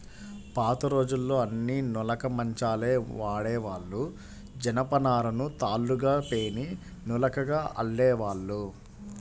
పాతరోజుల్లో అన్నీ నులక మంచాలే వాడేవాళ్ళు, జనపనారను తాళ్ళుగా పేని నులకగా అల్లేవాళ్ళు